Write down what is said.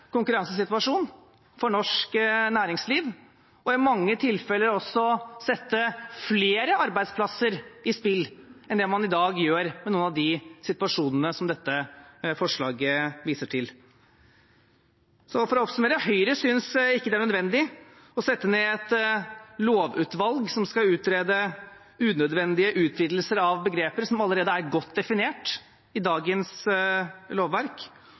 konkurransesituasjon for norsk næringsliv, og i mange tilfeller også ville sette flere arbeidsplasser i spill enn det man i dag gjør ved noen av de situasjonene som dette forslaget viser til. For å oppsummere: Høyre synes det ikke er nødvendig å sette ned et lovutvalg som skal utrede unødvendige utvidelser av begreper som allerede er godt definert i dagens lovverk.